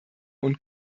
und